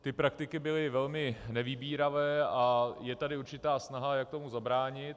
Ty praktiky byly velmi nevybíravé a je tady určitá snaha, jak tomu zabránit.